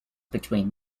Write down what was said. between